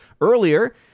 earlier